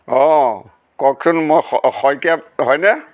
অঁ কওকচোন মই শই শইকীয়া হয়নে